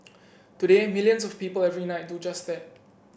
today millions of people every night do just that